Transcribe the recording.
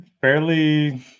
Fairly